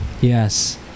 Yes